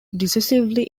decisively